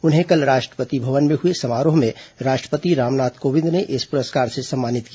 उन्हें कल राष्ट्रपति भवन में हुए समारोह में राष्ट्रपति रामनाथ कोविंद ने इस पुरस्कार से सम्मानित किया